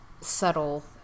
subtle